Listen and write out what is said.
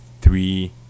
Three